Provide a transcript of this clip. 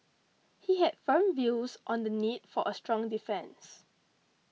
he had firm views on the need for a strong defence